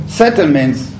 settlements